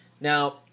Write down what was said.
Now